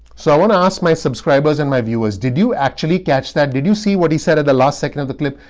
and ask my subscribers and my viewers, did you actually catch that did you see what he said at the last second of the clip?